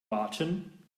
warten